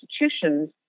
institutions